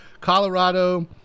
Colorado